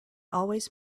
always